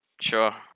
Sure